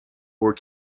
were